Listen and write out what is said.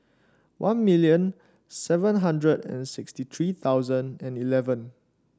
one million seven hundred and sixty three thousand and eleven